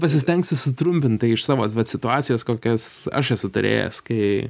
pasistengsiu sutrumpintai iš savo vat situacijos kokias aš esu turėjęs kai